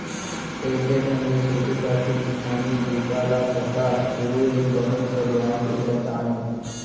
कइसे ढंग ले सुरू करथे किसानी बूता ल कका? सुरू ले बने फरिया के बता न